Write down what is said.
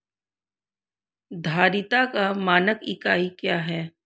धारिता का मानक इकाई क्या है?